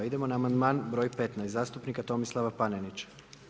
Idemo na amandman broj 15. zastupnika Tomislava Panenića.